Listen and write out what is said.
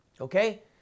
Okay